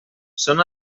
són